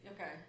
Okay